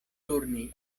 turni